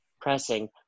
pressing